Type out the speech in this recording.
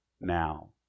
now